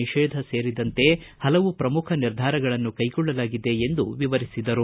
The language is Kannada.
ನಿಷೇಧ ಸೇರಿದಂತೆ ಹಲವು ಪ್ರಮುಖ ನಿರ್ಧಾರಗಳನ್ನು ಕೈಗೊಳ್ಳಲಾಗಿದೆ ಎಂದು ವಿವರಿಸಿದರು